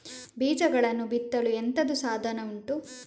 ಬೀಜಗಳನ್ನು ಬಿತ್ತಲು ಎಂತದು ಸಾಧನ ಉಂಟು?